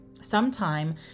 sometime